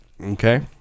okay